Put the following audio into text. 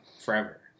forever